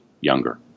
younger